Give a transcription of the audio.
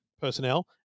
personnel